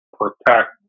protect